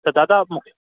त दादा मूं